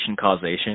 causation